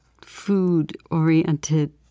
food-oriented